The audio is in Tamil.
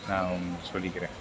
நான் ஒன்று சொல்லிக்கிறேன்